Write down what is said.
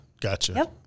Gotcha